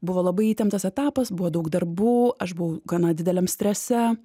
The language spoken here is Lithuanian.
buvo labai įtemptas etapas buvo daug darbų aš buvau gana dideliam strese